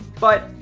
but,